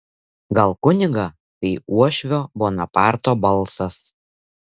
gal kunigą tai uošvio bonaparto balsas